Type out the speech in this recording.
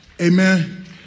Amen